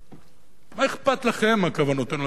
מה אכפת לכם מה כוונותינו לעשות בקיץ הקרוב?